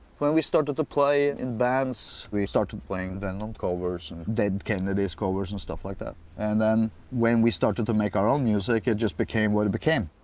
we started to play in bands, we started playing venom covers and dead kennedys covers, and stuff like that, and then when we started to make our own music it just became what it became.